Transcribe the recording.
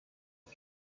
ist